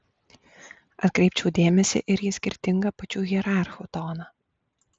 atkreipčiau dėmesį ir į skirtingą pačių hierarchų toną